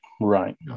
right